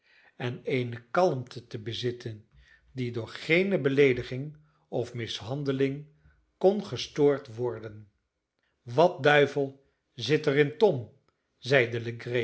en eene kalmte te bezitten die door geene beleediging of mishandeling kon gestoord worden wat duivel zit er in tom zeide legree